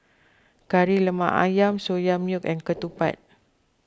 Kari Lemak Ayam Soya Milk and Ketupat